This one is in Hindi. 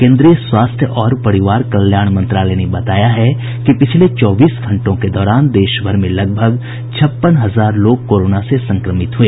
केन्द्रीय स्वास्थ्य और परिवार कल्याण मंत्रालय ने बताया है कि पिछले चौबीस घंटों के दौरान देश भर में करीब छप्पन हजार लोग कोरोना से संक्रमित हुए